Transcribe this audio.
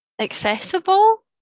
accessible